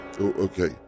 Okay